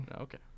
Okay